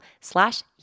slash